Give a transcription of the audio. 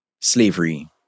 slavery